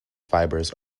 fibers